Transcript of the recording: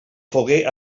foguer